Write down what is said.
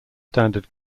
standard